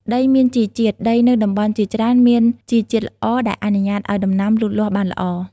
ដីមានជីជាតិ ដីនៅតំបន់ជាច្រើនមានជីជាតិល្អ ដែលអនុញ្ញាតឲ្យដំណាំលូតលាស់បានល្អ។